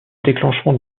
déclenchement